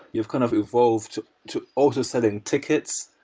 you've kind of evolved to ah so selling tickets,